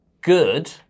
good